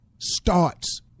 starts